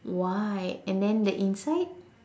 white and then the inside